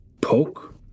poke